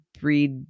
breed